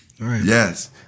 yes